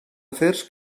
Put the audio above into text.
afers